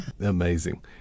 amazing